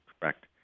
Correct